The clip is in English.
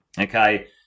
okay